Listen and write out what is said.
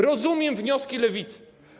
Rozumiem wnioski Lewicy.